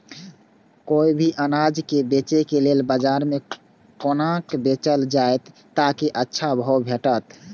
कोय भी अनाज के बेचै के लेल बाजार में कोना बेचल जाएत ताकि अच्छा भाव भेटत?